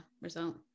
result